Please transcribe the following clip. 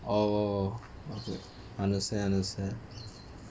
orh okay understand understand